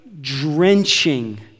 drenching